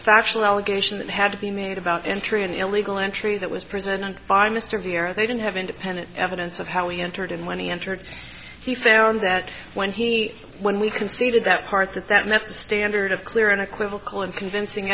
factional allegation that had to be made about entry an illegal entry that was presented by mr vieira they didn't have independent evidence of how he entered and when he entered he found that when he when we conceded that part that that method standard of clear unequivocal and convincing